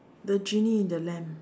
the genie in the lamp